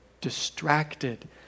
distracted